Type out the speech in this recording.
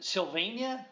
Sylvania